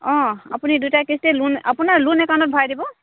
অঁ আপুনি দুইটা কিস্তি লোন আপোনাৰ লোন একাউণ্টত ভৰাই দিব